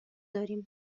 داریم